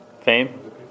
Fame